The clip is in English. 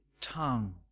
tongue